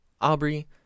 Aubrey